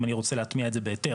אם אני רוצה להטמיע את זה בהיתר,